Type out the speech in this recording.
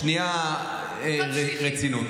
שנייה רצינות.